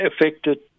affected